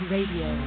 Radio